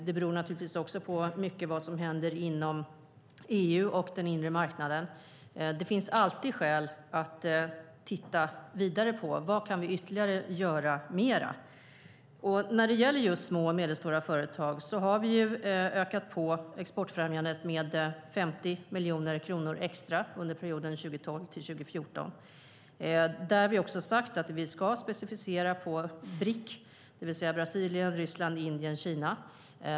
Det beror också mycket på vad som händer inom EU och på den inre marknaden. Det finns alltid skäl att titta vidare på vad vi ytterligare kan göra. För de små och medelstora företagen har vi ökat anslagen för exportfrämjande insatser med 50 miljoner extra under perioden 2012-2014. Vi har sagt att vi ska inrikta oss mot BRIK-länderna, det vill säga Brasilien, Ryssland, Indien och Kina.